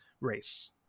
race